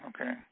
Okay